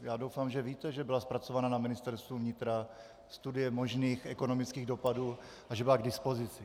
Já doufám, že víte, že byla zpracována na Ministerstvu vnitra studie možných ekonomických dopadů a že byla k dispozici.